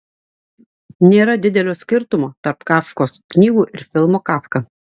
nėra didelio skirtumo tarp kafkos knygų ir filmo kafka